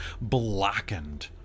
blackened